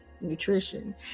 nutrition